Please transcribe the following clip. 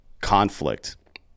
conflict